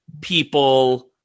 people